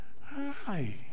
Hi